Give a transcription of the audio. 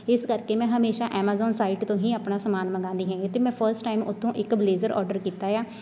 ਇਸ ਕਰਕੇ ਮੈਂ ਹਮੇਸ਼ਾਂ ਐਮਾਜ਼ੋਨ ਸਾਈਟ ਤੋਂ ਹੀ ਆਪਣਾ ਸਮਾਨ ਮੰਗਾਉਂਦੀ ਹੈਗੀ ਅਤੇ ਮੈਂ ਫਸਟ ਟਾਈਮ ਉੱਥੋਂ ਇੱਕ ਬਲੇਜ਼ਰ ਔਡਰ ਕੀਤਾ ਆ